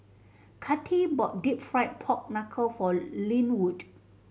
Kathi bought Deep Fried Pork Knuckle for Lynwood